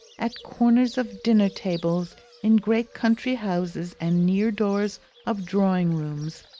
at corners of dinner-tables in great country houses and near doors of drawing-rooms,